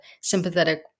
sympathetic